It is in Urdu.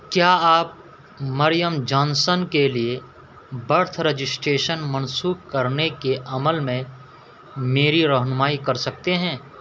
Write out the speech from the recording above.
کیا آپ مریم جانسن کے لیے برتھ رجسٹریشن منسوخ کرنے کے عمل میں میری رہنمائی کر سکتے ہیں